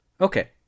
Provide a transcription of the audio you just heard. okay